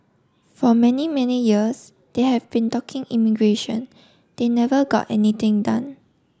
for many many years they have been talking immigration they never got anything done